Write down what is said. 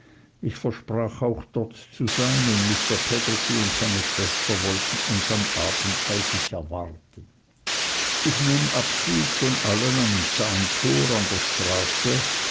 ich versprach auch dort zu sein und mr peggotty und seine schwester wollten uns am abend bei sich erwarten ich nahm abschied von allen am zauntor an der straße